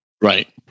Right